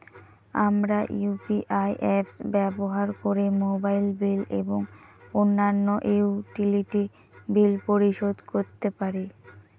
আমরা UPI apps ব্যবহার করে মোবাইল বিল এবং অন্যান্য ইউটিলিটি বিল পরিশোধ করতে পারি